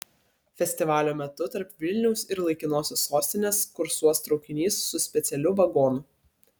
festivalio metu tarp vilniaus ir laikinosios sostinės kursuos traukinys su specialiu vagonu